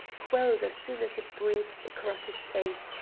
quelled as soon as it breathed across his face,